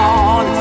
on